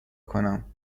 کنم